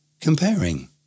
comparing